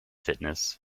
fitness